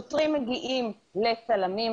שוטרים מגיעים לצלמים,